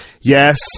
Yes